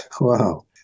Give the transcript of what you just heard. Wow